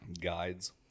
guides